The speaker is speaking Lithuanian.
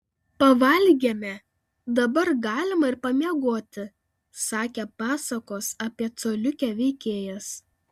pavalgėme dabar galima ir pamiegoti sakė pasakos apie coliukę veikėjas